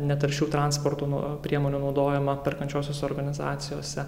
netaršių transporto priemonių naudojamą perkančiosiose organizacijose